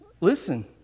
Listen